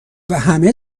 همه